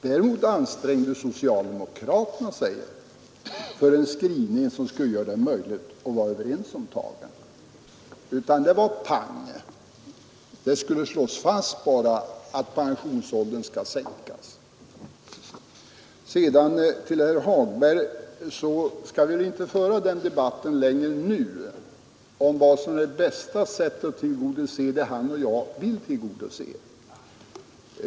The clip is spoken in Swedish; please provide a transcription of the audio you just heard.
Däremot ansträngde sig socialdemokraterna att få en skrivning där vi kunde vara överens om tagen. De borgerliga ville bara att det skulle slås fast att pensionsåldern skall sänkas. Till herr Hagberg vill jag säga att vi nu inte längre skall föra debatten om vad som är bästa sättet att tillgodose det som både han och jag vill tillgodose.